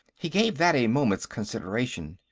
he gave that a moment's consideration.